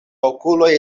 okuloj